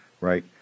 right